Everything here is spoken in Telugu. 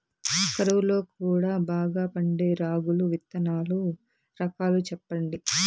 కరువు లో కూడా బాగా పండే రాగులు విత్తనాలు రకాలు చెప్పండి?